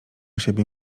siebie